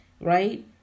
right